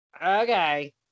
okay